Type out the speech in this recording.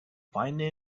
finding